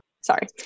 Sorry